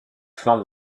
flancs